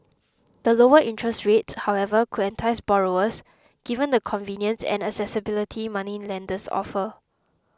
the lower interests rates however could entice borrowers given the convenience and accessibility moneylenders offer